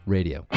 Radio